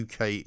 UK